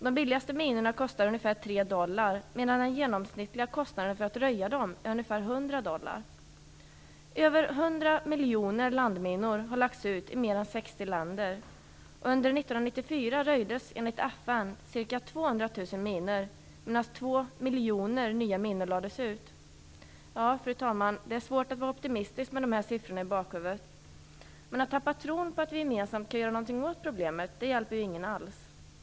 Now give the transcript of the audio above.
De billigaste minorna kostar ca 3 dollar, medan den genomsnittliga kostnaden för att röja dem är ca 100 dollar. Över 100 miljoner landminor har lagts ut i mer än 60 länder. Under 1994 röjdes enligt FN ca 200 000 Fru talman! Det är svårt att vara optimistisk med dessa siffror i bakhuvudet. Men att tappa tron på att vi gemensamt kan göra någonting åt problemet hjälper ju ingen alls.